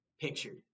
pictured